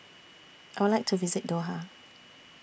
I Would like to visit Doha